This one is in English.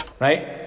Right